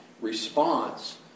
response